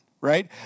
right